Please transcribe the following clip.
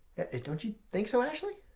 don't you think so ashley?